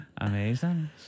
Amazing